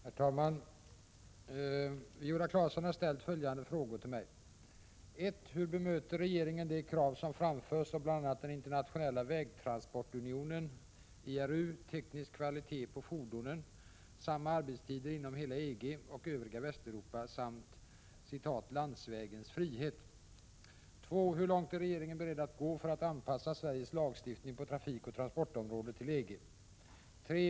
Herr talman! Viola Claesson har ställt följande frågor till mig: 1. Hur bemöter regeringen de krav som framförs av bl.a. Internationella vägtransportunionen om teknisk kvalitet på fordonen, samma arbetstider inom hela EG och övriga Västeuropa samt ”landsvägens frihet”? 2. Hurlångt är regeringen beredd att gå för att anpassa Sveriges lagstiftning på trafikoch transportområdet till EG? 3.